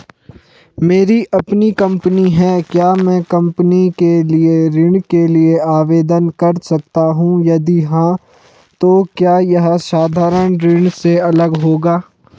मेरी अपनी कंपनी है क्या मैं कंपनी के लिए ऋण के लिए आवेदन कर सकता हूँ यदि हाँ तो क्या यह साधारण ऋण से अलग होगा?